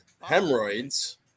hemorrhoids